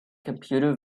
computer